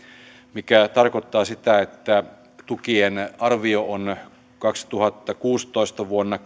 mikä tarkoittaa sitä että tukien arvio on kaksituhattakuusitoista vuonna